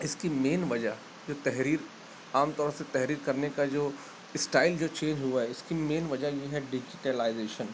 اس کی مین وجہ جو تحریر عام طور سے تحریر کرنے کا جو اسٹائل جو چینج ہوا ہے اس کی مین وجہ یہ ہے ڈیجٹلائزیشن